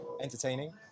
entertaining